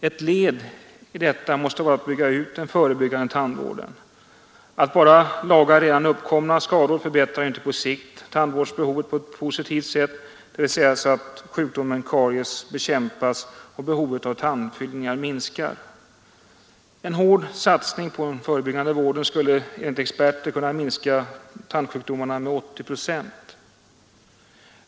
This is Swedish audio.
Ett led i detta måste vara att bygga ut den förebyggande tandvården. Att bara laga redan uppkomna skador förbättrar ju inte på sikt tandvårdssituationen på ett positivt sätt, dvs. så att sjukdomen karies bekämpas och behovet av tandfyllningar minskar. En hård satsning på den förebyggande vården skulle enligt experter kunna minska tandsjukdomarna med 80 procent.